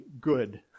good